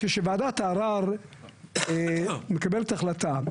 כשוועדת הערר מקבלת החלטה,